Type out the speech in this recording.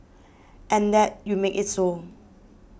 and that you make it so